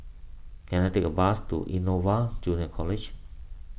can I take a bus to Innova Junior College